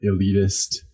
elitist